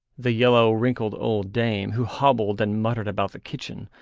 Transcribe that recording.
the yellow, wrinkled old dame who hobbled and muttered about the kitchen,